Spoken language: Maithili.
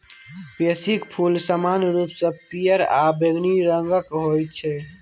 पैंसीक फूल समान्य रूपसँ पियर आ बैंगनी रंगक होइत छै